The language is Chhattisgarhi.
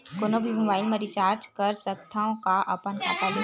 कोनो भी मोबाइल मा रिचार्ज कर सकथव का अपन खाता ले?